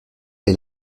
est